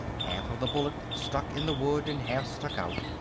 half of the bullet stuck in the wood and half stuck out,